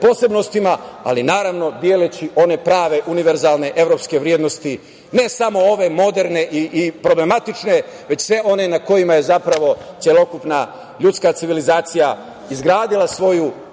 posebnostima, ali naravno deleći one prave univerzalne evropske vrednosti, ne samo ove moderne i problematične, već sve one na kojima je zapravo celokupna ljudska civilizacija izgradila svoju